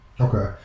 Okay